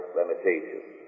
limitations